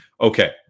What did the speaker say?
okay